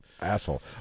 asshole